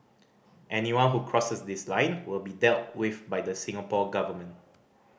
anyone who cross this line will be dealt with by the Singapore Government